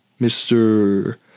Mr